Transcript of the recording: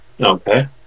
Okay